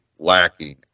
Lacking